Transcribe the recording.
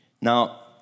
now